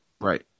right